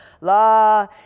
La